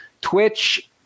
Twitch